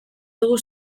dugu